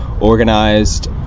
organized